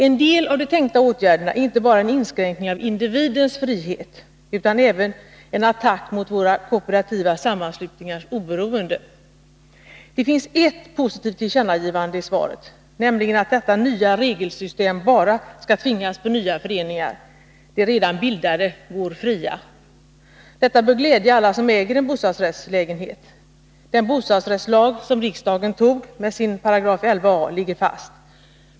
En del av de tänkta åtgärderna innebär inte bara en inskränkning av individens frihet utan även en attack mot våra kooperativa sammanslutningars oberoende. Det finns ert positivt tillkännagivande i svaret, nämligen att detta nya regelsystem bara skall tvingas på nya föreningar. De redan bildade går fria. Detta bör glädja alla som äger en bostadsrättslägenhet. Den bostadsrättslag som riksdagen antog med dess 11 a § ligger fast.